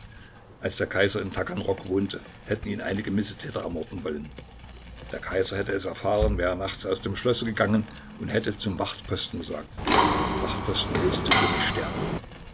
als der kaiser in taganrog wohnte hätten ihn einige missetäter ermorden wollen der kaiser hätte es erfahren wäre nachts aus dem schlosse gegangen und hätte zum wachtposten gesagt wachtposten willst du für mich sterben